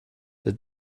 der